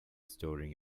storing